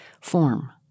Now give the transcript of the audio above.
form